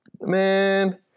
man